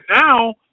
now